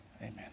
amen